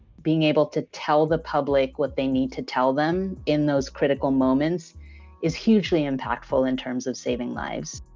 being able to tell the public what they need to tell them in those critical moments is hugely impactful in terms of saving lives.